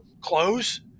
close